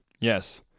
yes